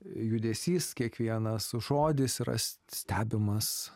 judesys kiekvienas žodis yras stebimas